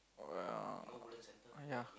uh yeah